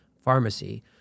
pharmacy